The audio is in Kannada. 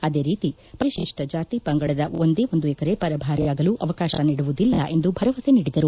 ಅದೇ ರೀತಿ ಪರಿಶಿಷ್ಟ ಜಾತಿ ಪಂಗಡದ ಒಂದೇ ಒಂದು ಎಕರೆ ಪರಭಾರೆಯಾಗಲು ಅವಕಾಶ ನೀಡುವುದಿಲ್ಲ ಎಂದು ಭರವಸೆ ನೀಡಿದರು